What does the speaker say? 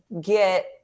get